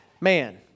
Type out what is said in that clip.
man